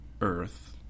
Earth